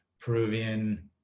peruvian